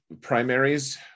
primaries